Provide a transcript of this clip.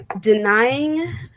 denying